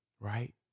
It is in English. Right